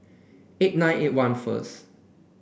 eight nine eight one first